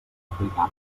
aplicables